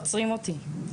עוצרים אותי.